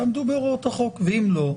תעמדו בהוראות החוק, ואם לא,